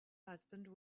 husband